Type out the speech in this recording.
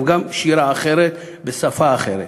אבל גם שירה אחרת בשפה אחרת.